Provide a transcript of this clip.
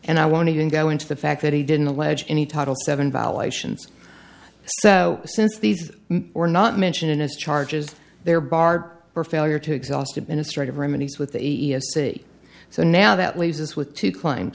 and i won't even go into the fact that he didn't allege any title seven violations so since these were not mentioned in his charges there bar for failure to exhaust administrative remedies with the e s c so now that leaves us with two claim